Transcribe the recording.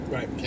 Right